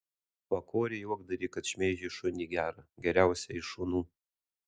pakorė juokdarį kad šmeižė šunį gerą geriausią iš šunų